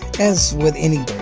as with any